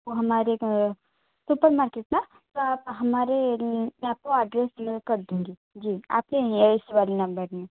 हमारे supermarket में हमारे आपको एड्रेस कर दूँगी जी आपके इस यही वाले नंबर में